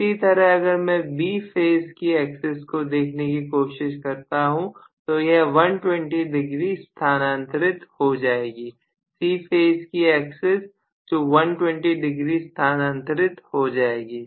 इसी तरह अगर मैं B फेज की एक्सेस को देखने की कोशिश करता हूं तो यह 120 डिग्री स्थानांतरित हो जाएगा C फेज की एक्सेस जो 120 डिग्री स्थानांतरित हो जाएगी